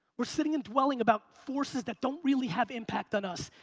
we're sitting and dwelling about forces that don't really have impact on us.